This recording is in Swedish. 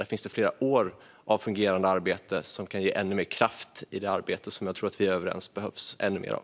Det finns flera år av fungerande arbete där som kan ge ännu mer kraft i det arbete som jag tror att vi är överens om att det behövs ännu mer av.